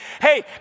Hey